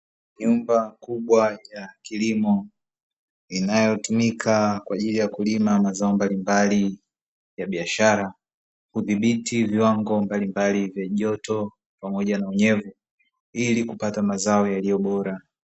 Nyumba kubwa ya kilimo inayotumika kwa ajili ya kulima mazao mbalimbali ya biashara kudhibiti viwango mbalimbali vya joto pamoja na unyevu ili kupata mazao yaliyo bora.